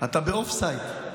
אתה באופסייד.